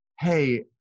hey